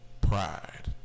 pride